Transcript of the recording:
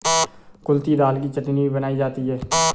कुल्थी दाल की चटनी भी बनाई जाती है